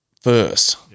first